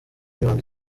mirongo